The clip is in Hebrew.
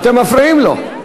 אתם מפריעים לו.